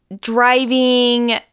driving